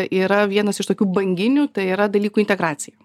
yra vienas iš tokių banginių tai yra dalykų integracija